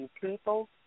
people